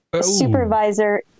supervisor